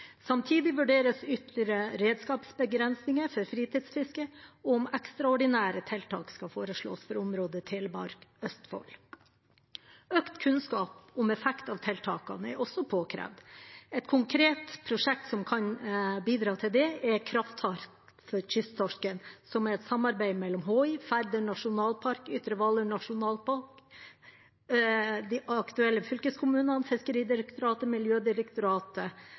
Samtidig vurderes det ytterligere redskapsbegrensinger for fritidsfiske, og om ekstraordinære tiltak skal foreslås for området Telemark–Østfold. Økt kunnskap om effekt av tiltakene er også påkrevd. Et konkret prosjekt som kan bidra til det, er Krafttak for kysttorsken, som er et samarbeid mellom Havforskningsinstituttet, Færder nasjonalpark, Ytre Hvaler nasjonalpark, de aktuelle fylkeskommunene, Fiskeridirektoratet, Miljødirektoratet,